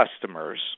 customers